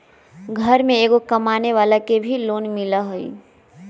घर में एगो कमानेवाला के भी लोन मिलहई?